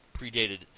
predated